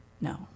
No